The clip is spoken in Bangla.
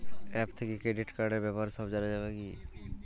অ্যাপ থেকে ক্রেডিট কার্ডর ব্যাপারে সব জানা যাবে কি?